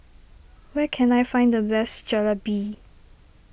where can I find the best Jalebi